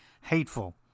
hateful